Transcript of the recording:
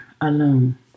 alone